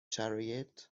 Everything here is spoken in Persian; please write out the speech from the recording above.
شرایط